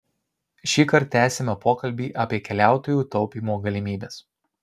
šįkart tęsiame pokalbį apie keliautojų taupymo galimybes